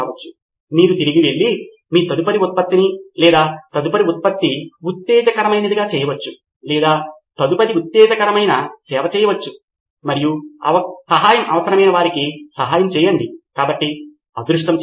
మేము మిమ్మల్ని తరువాతి దశలో చూస్తాము ఇది పరీక్ష లేదా నమూన ఇవన్నీ ఉపయొగములో ఉంచడం నిజ జీవిత ఉపయొగములో మీ కళ్ళ ముందు మీరు చూడటం మరియు తరువాత చివరి ఉప దశకు దానిని వినియోగదరుల దగ్గరకు తీసుకెళ్లడం మరియు వారు దీనిపై ఎలా స్పందిస్తారో చూడండి ఇదే వారి చివరి లక్ష్యం